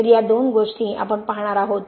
तर या दोन गोष्टी आपण पाहणार आहोत